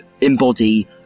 embody